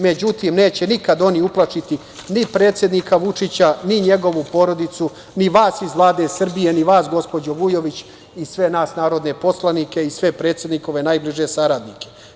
Međutim, neće nikada oni uplašiti ni predsednika Vučića, ni njegovu porodicu, ni vas iz Vlade Srbije, ni vas gospođo Vujović i sve nas narodne poslanike i sve predsednikove najbliže saradnike.